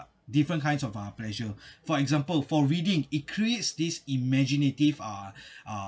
different kinds of uh pleasure for example for reading it creates this imaginative uh uh